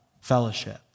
fellowship